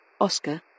Oscar